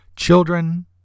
children